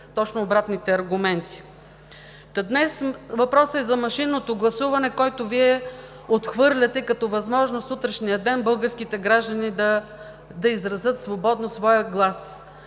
точно обратните аргументи. Днес въпросът е за машинното гласуване, който Вие отхвърляте като възможност в утрешния ден българските граждани да изразят свободно своя глас,